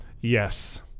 Yes